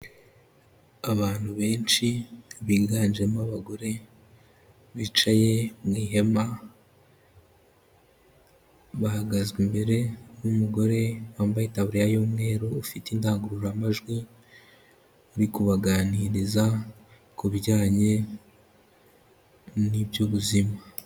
Abantu benshi biganjemo abagore, bicaye mu ihema, bahagazwe imbere n'umugore wambaye itaburiya y'umweru ufite indangururamajwi, ari kubaganiriza ku bijyanye n'iby'ubuzima.